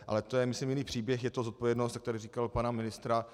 Ale to je myslím jiný příběh, je to zodpovědnost, jak tady říkal, pana ministra.